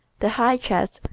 the high chest,